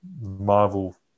Marvel